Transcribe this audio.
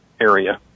area